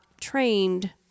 trained